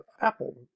Apple